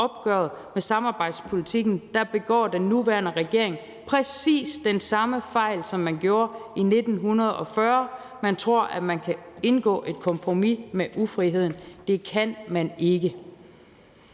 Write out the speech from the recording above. opgøret med samarbejdspolitikken begår den nuværende regering præcis den samme fejl, som man gjorde i 1940: Man tror, man kan indgå et kompromis med ufriheden, men det kan man ikke.